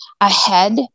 ahead